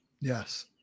Yes